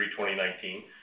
2019